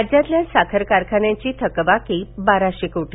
राज्यातल्या साखर कारखान्यांची थकबाकी बाराशे कोटी